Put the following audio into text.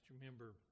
remember